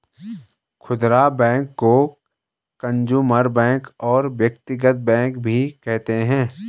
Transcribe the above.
खुदरा बैंक को consumer bank और व्यक्तिगत बैंक भी कहते हैं